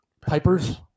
Pipers